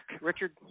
Richard